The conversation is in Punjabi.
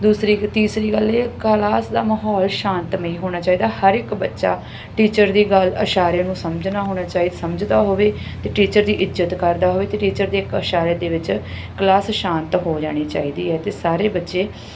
ਦੂਸਰੀ ਗੱਲ ਤੀਸਰੀ ਗੱਲ ਇਹ ਕਲਾਸ ਦਾ ਮਾਹੌਲ ਸ਼ਾਂਤਮਈ ਹੋਣਾ ਚਾਹੀਦਾ ਹਰ ਇੱਕ ਬੱਚਾ ਟੀਚਰ ਦੀ ਗੱਲ ਇਸ਼ਾਰੇ ਨੂੰ ਸਮਝਣਾ ਹੋਣਾ ਚਾਹੀਦਾ ਸਮਝਦਾ ਹੋਵੇ ਅਤੇ ਟੀਚਰ ਦੀ ਇੱਜ਼ਤ ਕਰਦਾ ਹੋਵੇ ਅਤੇ ਟੀਚਰ ਦੇ ਇੱਕ ਇਸ਼ਾਰੇ ਦੇ ਵਿੱਚ ਕਲਾਸ ਸ਼ਾਂਤ ਹੋ ਜਾਣੀ ਚਾਹੀਦੀ ਹੈ ਅਤੇ ਸਾਰੇ ਬੱਚੇ